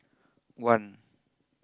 one